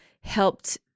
helped